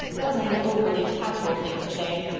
it wasn't an overly tactful thing to say.